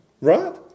Right